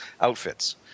outfits